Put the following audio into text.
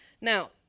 Now